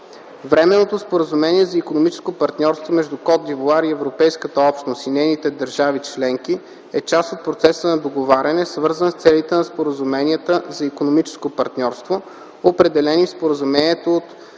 Временното споразумение за икономическо партньорство между Кот д'Ивоар и Европейската общност и нейните държави членки е част от процеса на договаряне, свързан с целите на споразуменията за икономическо партньорство, определени в Споразумението от